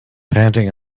panting